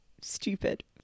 stupid